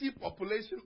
population